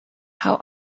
how